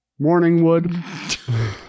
Morningwood